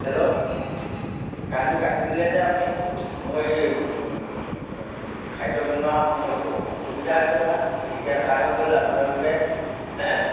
hello কাৰেণ্টটো কাটি দিলে যে আপুনি মোৰ এই খাদ্য বনোৱাৰ সময়ত অসুবিধা হৈছে নহয় গতিকে আন্ধাৰ হৈ গ'ল আপোনালোকে